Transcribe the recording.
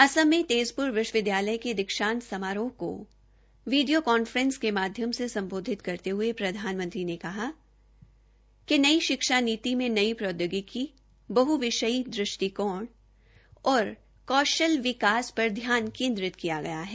असम में तेज़प्र विश्वविदयालय के दीक्षांत समारोह को वीडियो कांफ्रेस के माध्य से सम्बोधित करते हये प्रधानमंत्री ने कहा कि नई शिक्षा शिक्षा नीति में नई प्रौद्योगिकी बहविषयी दृष्टिकोण और कौशल विकास पर ध्यान केन्द्रित किया गया है